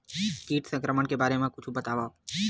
कीट संक्रमण के बारे म कुछु बतावव?